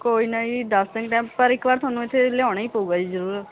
ਕੋਈ ਨਾ ਜੀ ਦੱਸ ਦਿੰਦੇ ਹਾਂ ਪਰ ਇੱਕ ਵਾਰ ਤੁਹਾਨੂੰ ਇੱਥੇ ਲਿਆਉਣਾ ਹੀ ਪਊਗਾ ਜੀ ਜ਼ਰੂਰ